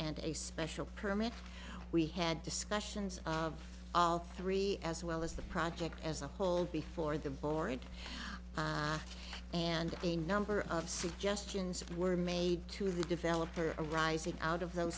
and a special permit we had discussions of all three as well as the project as a whole before the board and a number of suggestions of were made to the developer arising out of th